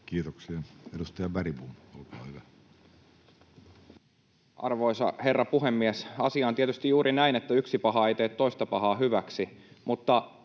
muuttamisesta Time: 17:39 Content: Arvoisa herra puhemies! Asia on tietysti juuri näin, että yksi paha ei tee toista pahaa hyväksi, mutta